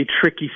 tricky